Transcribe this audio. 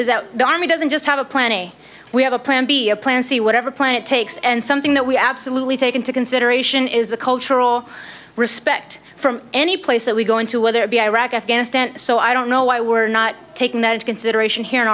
is that the army doesn't just have a plan we have a plan b a plan c whatever plan it takes and something that we absolutely take into consideration is the cultural respect for any place that we go into whether it be iraq afghanistan so i don't know why we're not taking that into consideration here in